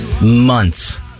months